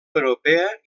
europea